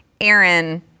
Aaron